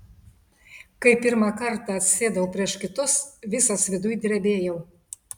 kai pirmą kartą atsisėdau prieš kitus visas viduj drebėjau